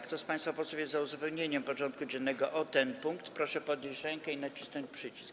Kto z państwa posłów jest za uzupełnieniem porządku dziennego o ten punkt, proszę podnieść rękę i nacisnąć przycisk.